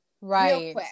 Right